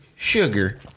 sugar